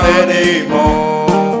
anymore